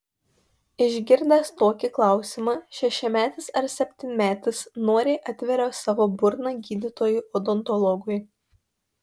išgirdęs tokį klausimą šešiametis ar septynmetis noriai atveria savo burną gydytojui odontologui